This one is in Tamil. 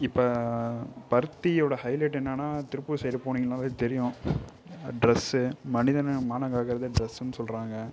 இப்போ பருத்தியோடய ஹைலைட் என்னனா திருப்பூர் சைடு போனிங்கனாவே தெரியும் ட்ரெஸு மனிதனை மானம்காக்குறதே ட்ரெஸ்னு சொல்றாங்க